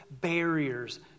barriers